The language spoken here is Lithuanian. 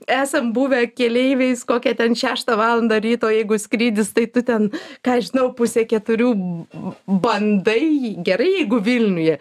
esam buvę keleiviais kokia ten šeštą valandą ryto jeigu skrydis tai tu ten ką aš žinau pusę keturių bandai gerai jeigu vilniuje